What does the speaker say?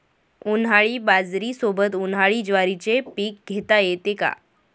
उन्हाळी बाजरीसोबत, उन्हाळी ज्वारीचे पीक घेता येते का?